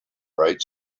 bright